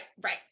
right